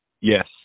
Yes